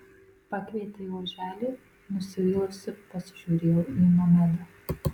pakvietei oželį nusivylusi pasižiūrėjau į nomedą